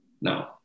No